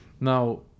now